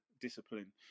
discipline